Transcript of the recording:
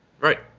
right